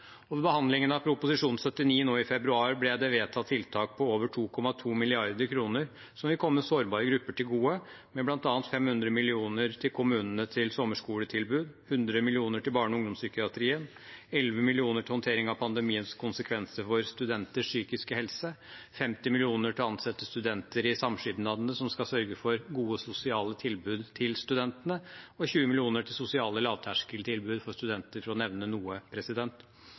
behandlingen av Prop. 79 S for 2020–2021 nå i februar ble det vedtatt tiltak på over 2,2 mrd. kr, som vil komme sårbare grupper til gode, med bl.a. 500 mill. kr til kommunenes sommerskoletilbud, 100 mill. kr til barne- og ungdomspsykiatrien, 11 mill. kr til håndtering av pandemiens konsekvenser for studenters psykiske helse, 50 mill. kr til å ansette studenter i samskipnadene som skal sørge for gode sosiale tilbud til studentene, og 20 mill. kr til sosiale lavterskeltilbud for studenter, for å nevne noe.